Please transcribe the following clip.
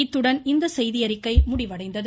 இத்துடன் இந்த செய்தியறிக்கை முடிவடைந்தது